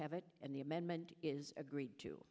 have it and the amendment is agreed to